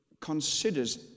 considers